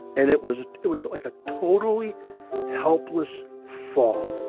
and it was it was like a totally helpless fall